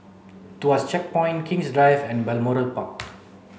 Tuas Checkpoint King's Drive and Balmoral Park